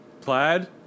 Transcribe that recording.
plaid